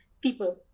people